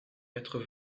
quatre